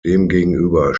demgegenüber